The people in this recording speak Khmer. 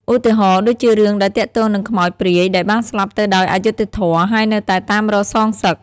ឧទាហរណ៍ដូចជារឿងដែលទាក់ទងនឹងខ្មោចព្រាយដែលបានស្លាប់ទៅដោយអយុត្តិធម៌ហើយនៅតែតាមរកសងសឹក។